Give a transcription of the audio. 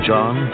John